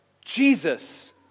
Jesus